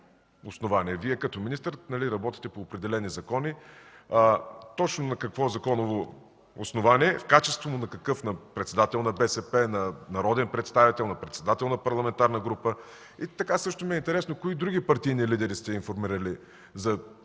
Вие като министър работите по определени закони. Точно на какво законово основание го информирахте, в качеството му на какъв – на председател на БСП, на народен представител, на председател на парламентарна група? Също ми е интересно кои други партийни лидери сте информирали за това,